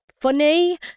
funny